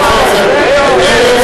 מאה אחוז.